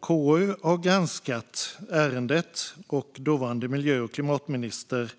KU har granskat ärendet och den dåvarande miljö och klimatministerns